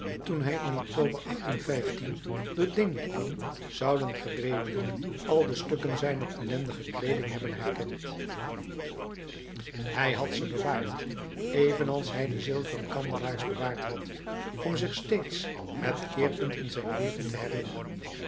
toen hij in october door d kwam zouden gereedelijk al de stukken zijner ellendige kleeding hebben herkend hij had ze bewaard evenals hij de zilveren kandelaars bewaard had om zich steeds het keerpunt in zijn leven te herinneren